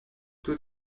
tous